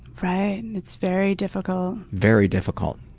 right, it's very difficult. very difficult.